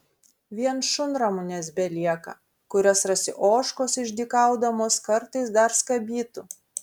vien šunramunės belieka kurias rasi ožkos išdykaudamos kartais dar skabytų